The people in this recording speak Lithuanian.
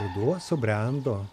ruduo subrendo